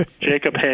Jacob